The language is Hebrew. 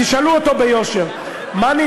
תשאלו אותו ביושר מה,